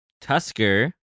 Tusker